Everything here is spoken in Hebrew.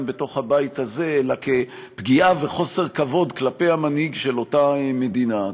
בתוך הבית הזה אלא כפגיעה וחוסר כבוד כלפי המנהיג של אותה מדינה.